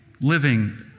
living